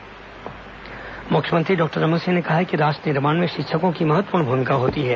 शिक्षक दिवस मुख्यमंत्री संदेश मुख्यमंत्री डॉक्टर रमन सिंह ने कहा है कि राष्ट्र निर्माण में शिक्षकों की महत्वपूर्ण भूमिका होती है